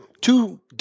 Two